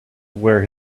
where